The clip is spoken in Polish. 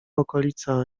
okolica